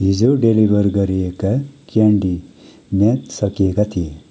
हिजो डेलिभर गरिएका क्यान्डी म्याद सकिएका थिए